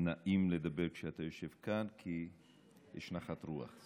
נעים לדבר כשאתה יושב כאן, כי יש נחת רוח.